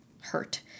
hurt